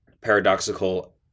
paradoxical